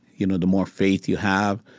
you know, the more faith you have,